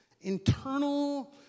internal